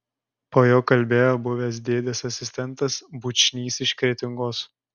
po jo kalbėjo buvęs dėdės asistentas bučnys iš kretingos